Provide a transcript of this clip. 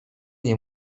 nie